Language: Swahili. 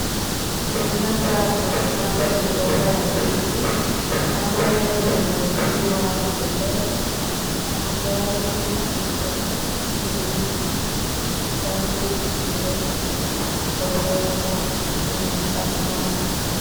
Kwenye shamba pamepandwa migomba ya ndizi ambayo imemwagiliwa mbolea na kando yake kuna karatasi nyeusi ambazo zimewekwa mbele ya kufunika migomba.